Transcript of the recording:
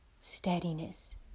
steadiness